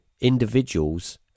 individuals